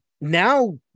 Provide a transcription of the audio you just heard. now